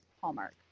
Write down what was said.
hallmark